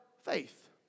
faith